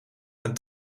een